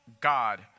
God